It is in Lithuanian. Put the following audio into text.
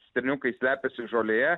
stirniukai slepiasi žolėje